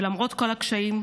ולמרות כל הקשיים,